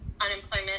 unemployment